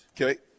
Okay